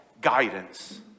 guidance